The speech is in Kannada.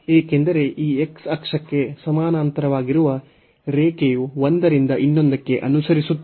ಏಕೆಂದರೆ ಈ x ಅಕ್ಷಕ್ಕೆ ಸಮಾನಾಂತರವಾಗಿರುವ ರೇಖೆಯು ಒಂದರಿಂದ ಇನ್ನೊಂದಕ್ಕೆ ಅನುಸರಿಸುತ್ತಿಲ್ಲ